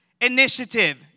initiative